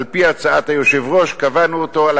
על-פי הצעת היושב-ראש קבענו אותו על